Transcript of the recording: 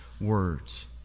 words